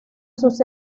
sus